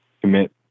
commit